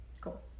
cool